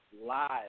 Live